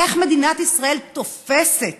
איך מדינת ישראל תופסת